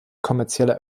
kommerzielle